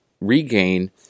regain